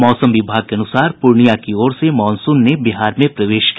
मौसम विभाग के अनुसार पूर्णिया की ओर से मॉनसून ने बिहार में प्रवेश किया